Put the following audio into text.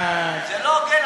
חיליק, זה לא פייר, חיליק.